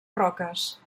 roques